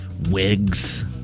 wigs